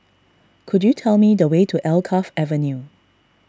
could you tell me the way to Alkaff Avenue